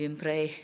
बिनिफ्राय